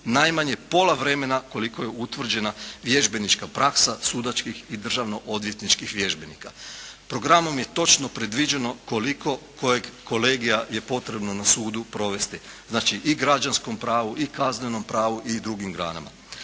najmanje pola vremena koliko je utvrđena vježbenička praksa sudačkih i državno-odvjetničkih vježbenika. Programom je točno predviđeno koliko kojeg kolegija je potrebno na sudu provesti. Znači i građanskom pravu i kaznenom pravu i drugim granama.